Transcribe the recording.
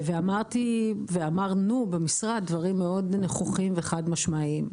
ואמרנו במשרד דברים מאוד נכוחים וחד-משמעיים.